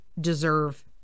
deserve